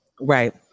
right